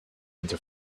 into